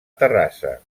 terrassa